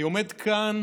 אני עומד כאן